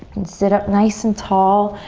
and sit up nice and tall,